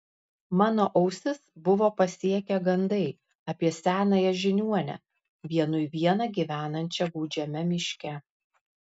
mano ausis buvo pasiekę gandai apie senąją žiniuonę vienui vieną gyvenančią gūdžiame miške